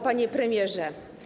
Panie Premierze!